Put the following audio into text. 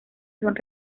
son